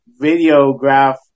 videograph